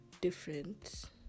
different